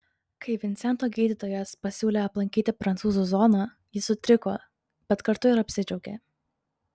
kai vincento gydytojas pasiūlė aplankyti prancūzų zoną jis sutriko bet kartu ir apsidžiaugė